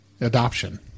Adoption